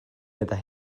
meddai